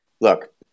look